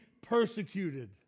persecuted